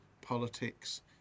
politics